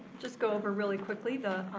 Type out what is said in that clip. just go over really quickly.